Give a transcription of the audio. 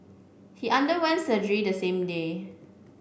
he underwent surgery the same day